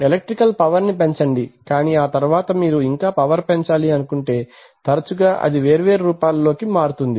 electrical power ని పెంచండి కానీ ఆ తర్వాత మీరు ఇంకా పవర్ పెంచాలి అనుకుంటే తరచుగా అది వేర్వేరు రూపాల లోకి మారుతుంది